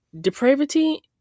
Depravity